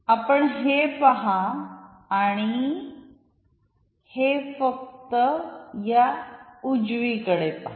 आपण हे पहा आणि हे फक्त या उजवीकडे पहा